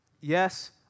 yes